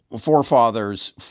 forefathers